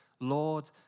Lord